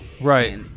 Right